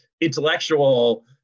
intellectual